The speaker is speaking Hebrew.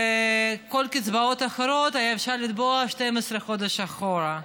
ואת כל הקצבאות האחרות היה אפשר לתבוע 12 חודשים אחורה.